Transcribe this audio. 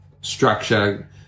Structure